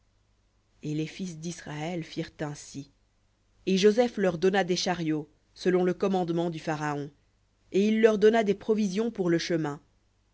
et les fils d'israël firent ainsi et joseph leur donna des chariots selon le commandement du pharaon et il leur donna des provisions pour le chemin